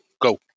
Go